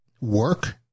work